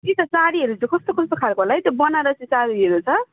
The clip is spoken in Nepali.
त्यही त साडीहरू चाहिँ कस्तो कस्तो खाल्को होला है त्यो बनारसी साडीहरू छ